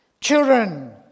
Children